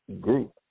group